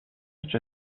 such